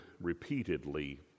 repeatedly